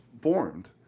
formed